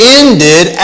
ended